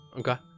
okay